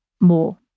more